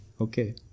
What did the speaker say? Okay